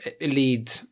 lead